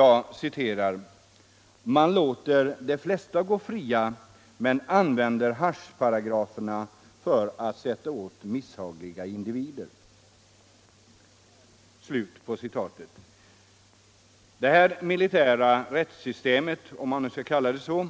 Han säger: ” Man låter de flesta gå fria men använder haschparagraferna för att sätta åt misshagliga individer.” Det här militära rättssystemet — om man nu skall kalla det så